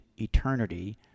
eternity